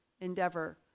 endeavor